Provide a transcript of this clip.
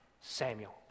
Samuel